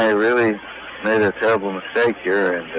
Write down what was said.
ah really made a terrible mistake here.